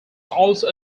also